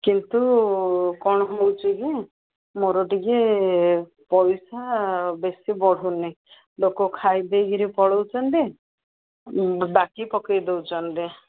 କିନ୍ତୁ କ'ଣ ହେଉଛି କି ମୋର ଟିକେ ପଇସା ବେଶୀ ବଢ଼ୁନି ଲୋକ ଖାଇ ଦେଇକିରି ପଳଉଛନ୍ତି ବାକି ପକାଇ ଦେଉଛନ୍ତି